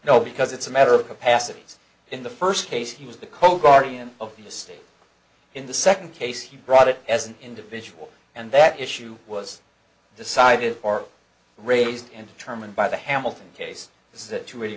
no because it's a matter of capacities in the first case he was the cold guardian of the estate in the second case he brought it as an individual and that issue was decided or raised and determined by the hamilton case is that you really